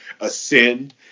ascend